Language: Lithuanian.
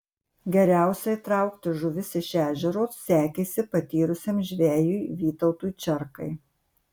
geriausiai traukti žuvis iš ežero sekėsi patyrusiam žvejui vytautui čerkai